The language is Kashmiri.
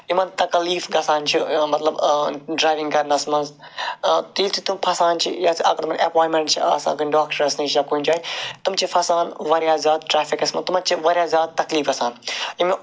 یِمن تکالیٖف گَژھان چھِ مطلب ڈراوِنٛگ کَرنس منٛز تیٚلہِ چھِ تِم پھسان چھِ یَتھ اگر تِمن ایپوامٮ۪نٛٹ چھِ آسان کُنہِ ڈاکٹرس نِش یا کُنہِ جاے تِم چھِ پھسان وارِیاہ زیادٕ ٹرٛیفِکس منٛز تِمن چھِ وارِیاہ زیادٕ تکلیٖف گَژھان یِمہٕ